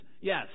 Yes